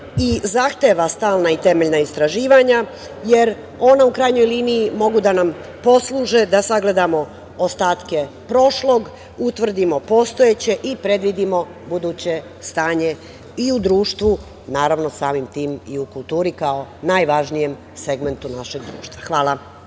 i zahteva stalna i temeljna istraživanja, jer ona u krajnjoj liniji mogu da nam posluže da sagledamo ostatke prošlog, utvrdimo postojeće i predvidimo buduće stanje i u društvu, naravno, samim tim i u kulturi, kao najvažnijem segmentu našeg društva. Hvala.